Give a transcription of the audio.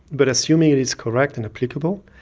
but assuming it is correct and applicable,